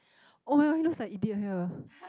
[oh]-my-god he looks like idiot here